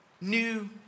New